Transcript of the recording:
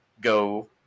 go